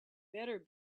better